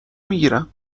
میگیرم